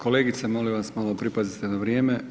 Kolegice, molim vas malo pripazite na vrijeme.